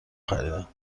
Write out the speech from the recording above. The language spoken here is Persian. خریدم